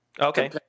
Okay